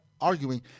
arguing